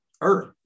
earth